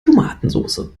tomatensoße